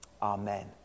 Amen